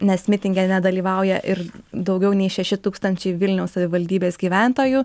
nes mitinge nedalyvauja ir daugiau nei šeši tūkstančiai vilniaus savivaldybės gyventojų